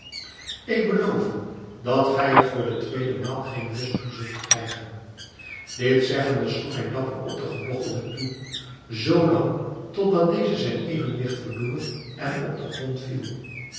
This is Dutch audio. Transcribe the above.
ik beloof u dat gij er voor den tweeden maal geen lust toe zult krijgen dit zeggende sloeg hij dapper op den gebogchelde toe zoo lang tot dat deze zijn evenwigt verloor en op den grond viel